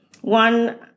One